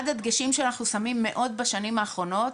אחד הדגשים שאנחנו שמים מאוד בשנים האחרונות,